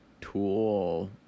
tool